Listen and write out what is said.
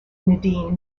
nadine